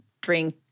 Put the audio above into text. drink